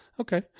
Okay